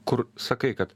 kur sakai kad